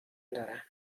دارم